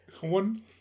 one